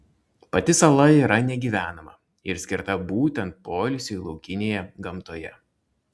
pati sala yra negyvenama ir skirta būtent poilsiui laukinėje gamtoje